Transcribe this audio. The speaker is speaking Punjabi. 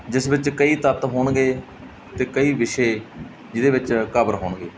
ਜਿਸ ਵਿੱਚ ਕਈ ਤੱਤ ਹੋਣਗੇ ਅਤੇ ਕਈ ਵਿਸ਼ੇ ਜਿਹਦੇ ਵਿੱਚ ਕਵਰ ਹੋਣਗੇ